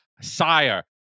sire